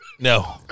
No